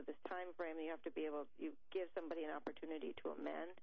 of this time frame we have to be able to give somebody an opportunity to a man